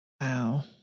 Wow